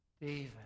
David